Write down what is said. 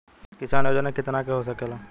किसान योजना कितना के हो सकेला?